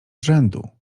rzędu